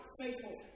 faithful